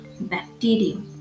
Bacteria